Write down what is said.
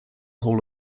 hall